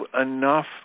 enough